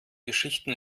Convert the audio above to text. geschichten